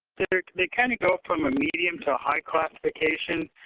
they kind of go from a medium to a high classification.